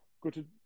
Good